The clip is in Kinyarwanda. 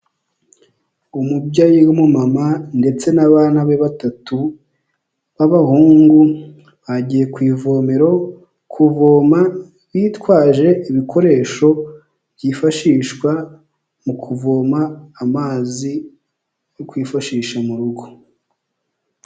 Umubyeyi w'umama ndetse n'abana be batatu b'abahungu bagiye ku ivomero kuvoma bitwaje ibikoresho byifashishwa mu kuvoma amazi yo kwifashisha mu rugo.